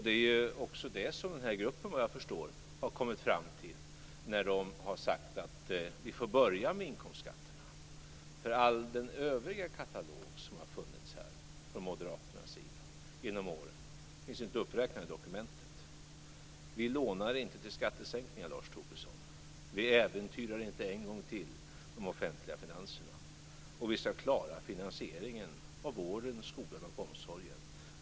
Det är ju också det som den här gruppen, såvitt jag förstår, har kommit fram till när den har sagt att man får börja med inkomstskatterna. För det övriga i katalogen som har funnits från Moderaternas sida genom åren finns ju inte uppräknade i dokumentet. Vi lånar inte till skattesänkningar, Lars Tobisson. Vi äventyrar inte de offentliga finanserna en gång till, och vi skall klara finansieringen av vården, skolan och omsorgen.